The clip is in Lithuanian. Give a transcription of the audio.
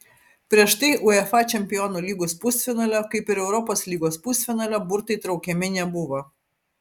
prieš tai uefa čempionų lygos pusfinalio kaip ir europos lygos pusfinalio burtai traukiami nebuvo